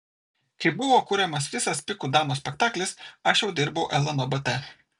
kai buvo kuriamas visas pikų damos spektaklis aš jau dirbau lnobt